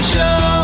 Show